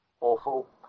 awful